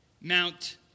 Mount